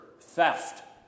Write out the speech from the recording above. theft